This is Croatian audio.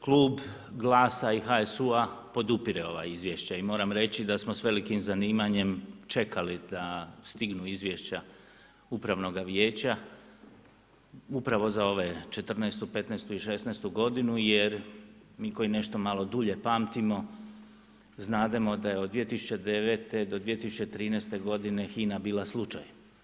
Klub GLAS-a i HSU-a podupire ova izvješća i moramo reći da smo s velikim zanimanjem čekali da stignu izvješća upravnoga vijeća upravo za ove 2014., 2015. i 2016. godinu jer mi koji nešto malo dulje pamtimo znademo da je od 2009. do 2013. godine HINA bila slučaj.